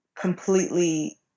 completely